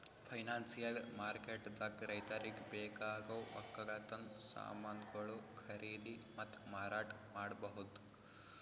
financial ಮಾರ್ಕೆಟ್ದಾಗ್ ರೈತರಿಗ್ ಬೇಕಾಗವ್ ವಕ್ಕಲತನ್ ಸಮಾನ್ಗೊಳು ಖರೀದಿ ಮತ್ತ್ ಮಾರಾಟ್ ಮಾಡ್ಬಹುದ್